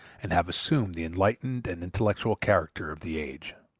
and have assumed the enlightened and intellectual character of the age.